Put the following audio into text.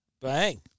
Bang